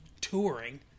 touring